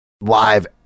live